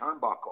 turnbuckle